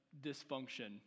dysfunction